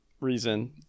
reason